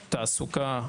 תעסוקה,